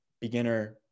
beginner